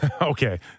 Okay